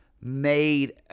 made